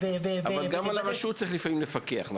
אבל גם על הרשות צריך לפעמים לפקח.